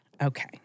Okay